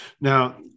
now